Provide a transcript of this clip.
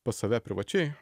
pas save privačiai